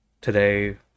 today